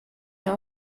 mehr